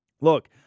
Look